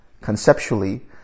conceptually